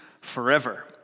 forever